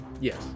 Yes